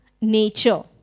nature